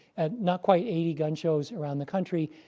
and not quite eighty gun shows around the country.